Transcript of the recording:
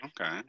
okay